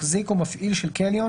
מחזיק או מפעיל של קניון